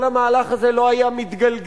כל המהלך הזה לא היה מתגלגל,